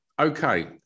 Okay